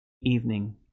evening